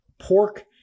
pork